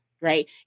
right